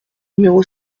numéro